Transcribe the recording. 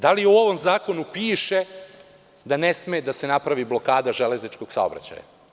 Da li u ovom zakonu piše da ne sme da se napravi blokada železničkog saobraćaja?